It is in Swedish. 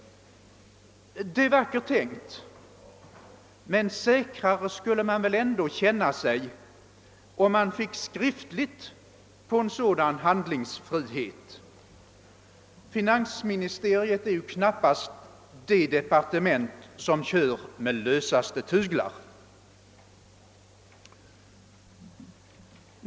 Det är vackert tänkt, men man skulle känna sig säkrare om man fick skriftligt på en sådan handlingsfrihet. Finansministeriet är ju knappast det departement som kör med de lösaste tyglarna.